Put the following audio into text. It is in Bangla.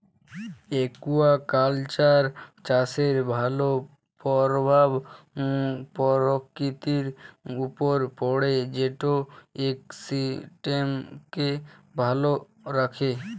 একুয়াকালচার চাষের ভালো পরভাব পরকিতির উপরে পড়ে যেট ইকসিস্টেমকে ভালো রাখ্যে